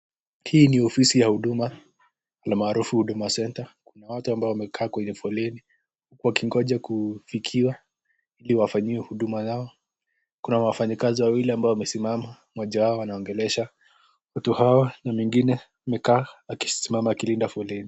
Hii ni ofisi ya huduma almaarufu Huduma Center, watu ambao wamekaa kwenye foleni wakingoja kufikiwa ili waweze kuhudumiwa. Kuna wafanyikazi wawili ambao wamesimama, mmoja wao anaongelesha watu hawa mmoja wao amesimama akichunga foleni.